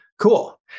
cool